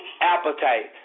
appetite